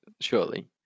surely